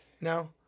No